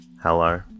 Hello